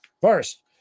first